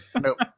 nope